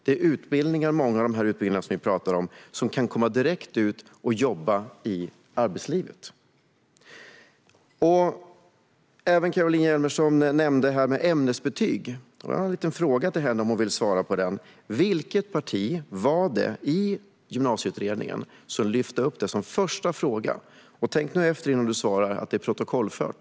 De som har gått de utbildningar som vi talar om kan komma direkt ut i arbetslivet och jobba. Caroline Helmersson Olsson nämnde även ämnesbetyg. Jag har en liten fråga till henne om hon vill svara: Vilket parti var det som lyfte upp det som första fråga i Gymnasieutredningen? Tänk efter innan du svarar, för det är protokollfört.